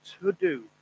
to-do